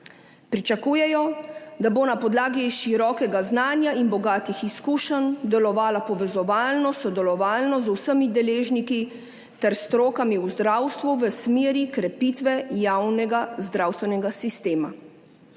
pričakujejo, da bo na podlagi širokega znanja in bogatih izkušenj, delovala povezovalno, sodelovalno z vsemi deležniki ter strokami v zdravstvu v smeri krepitve javnega zdravstvenega sistema.